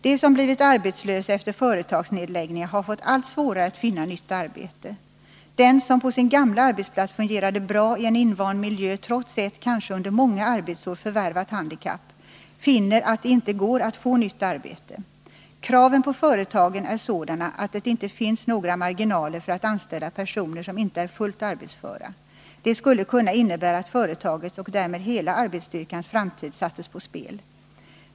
De som blivit arbetslösa efter företagsnedläggningar har fått allt svårare att finna nytt arbete. Den som på sin gamla arbetsplats fungerade bra i en invand miljö trots ett, kanske under många arbetsår förvärvat, handikapp finner att det inte går att få nytt arbete. Kraven på företagen är sådana att det inte finns några marginaler för att anställa personer som inte är fullt arbetsföra. Det skulle kunna innebära att företagets och därmed hela arbetsstyrkans framtid sattes på spel.